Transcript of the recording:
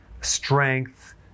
strength